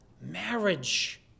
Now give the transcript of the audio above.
Marriage